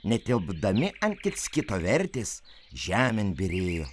netilpdami ant kits kito vertės žemėn byrėjo